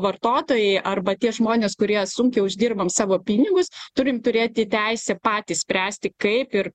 vartotojai arba tie žmonės kurie sunkiai uždirbam savo pinigus turim turėti teisę patys spręsti kaip ir